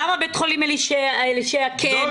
למה בית חולים אלישע כן --- לא,